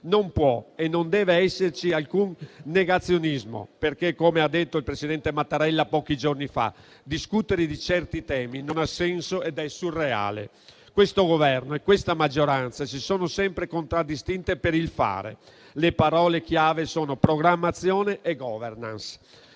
Non può e non deve esserci alcun negazionismo, perché, come ha detto il presidente Mattarella pochi giorni fa, discutere di certi temi non ha senso ed è surreale. Questo Governo e questa maggioranza si sono sempre contraddistinti per il fare: le parole chiave sono «programmazione» e «*governance*».